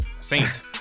Saint